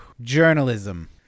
journalism